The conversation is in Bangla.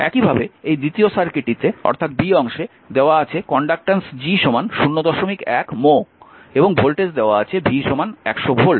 একইভাবে এই দ্বিতীয় সার্কিটটিতে অর্থাৎ অংশে দেওয়া আছে কন্ডাক্ট্যান্স G 01 mho এবং ভোল্টেজ হল v 100 ভোল্ট